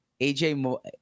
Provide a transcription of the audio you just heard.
AJ